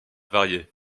variée